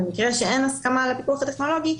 במקרה שאין הסכמה לפיקוח הטכנולוגי,